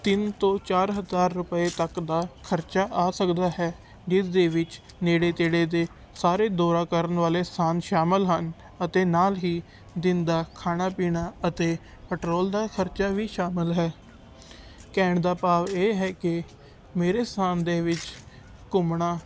ਤਿੰਨ ਤੋਂ ਚਾਰ ਹਜ਼ਾਰ ਰੁਪਏ ਤੱਕ ਦਾ ਖਰਚਾ ਆ ਸਕਦਾ ਹੈ ਜਿਸ ਦੇ ਵਿੱਚ ਨੇੜੇ ਤੇੜੇ ਦੇ ਸਾਰੇ ਦੌਰਾ ਕਰਨ ਵਾਲੇ ਸਥਾਨ ਸ਼ਾਮਿਲ ਹਨ ਅਤੇ ਨਾਲ ਹੀ ਦਿਨ ਦਾ ਖਾਣਾ ਪੀਣਾ ਅਤੇ ਪੈਟਰੋਲ ਦਾ ਖਰਚਾ ਵੀ ਸ਼ਾਮਿਲ ਹੈ ਕਹਿਣ ਦਾ ਭਾਵ ਇਹ ਹੈ ਕਿ ਮੇਰੇ ਸਥਾਨ ਦੇ ਵਿੱਚ ਘੁੰਮਣਾ